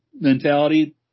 mentality